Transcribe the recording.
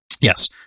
yes